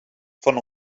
von